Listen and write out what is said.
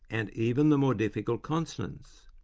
and even the more difficult consonants,